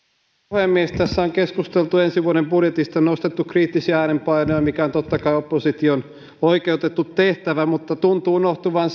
puhemies tässä on keskusteltu ensi vuoden budjetista ja nostettu kriittisiä äänenpainoja mikä on totta kai opposition oikeutettu tehtävä mutta tuntuu unohtuvan